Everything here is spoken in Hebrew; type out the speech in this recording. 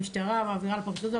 המשטרה מעבירה לפרקליטות,